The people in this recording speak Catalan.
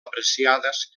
apreciades